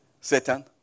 Satan